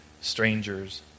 strangers